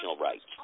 rights